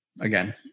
again